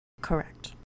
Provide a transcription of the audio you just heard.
Correct